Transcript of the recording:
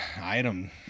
item